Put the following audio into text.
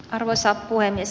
arvoisa puhemies